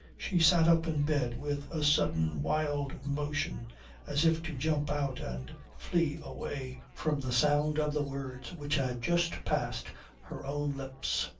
she sat up in bed with a sudden wild motion as if to jump out and flee away from the sound of the words which had just passed her own lips.